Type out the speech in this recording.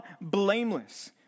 blameless